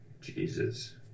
Jesus